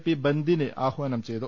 P ബന്ദിന് ആഹ്വാനം ചെയ്തു